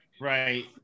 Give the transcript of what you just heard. Right